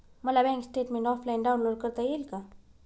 मला bank statement offline download करता येईल का?